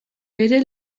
bere